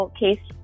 case